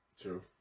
true